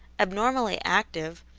abnormally active,